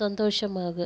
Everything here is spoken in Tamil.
சந்தோஷமாக